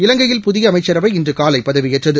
இலங்கையில் புதியஅமைச்சரவை இன்றுகாலைபதவியேற்றது